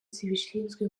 zibishinzwe